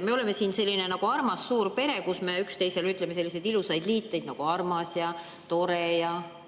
Me oleme siin selline armas suur pere, kus me üksteisele ütleme selliseid ilusaid sõnu nagu "armas" ja "tore" ja